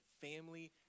family